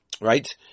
right